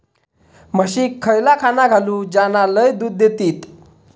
म्हशीक खयला खाणा घालू ज्याना लय दूध देतीत?